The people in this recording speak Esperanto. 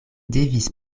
devis